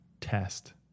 test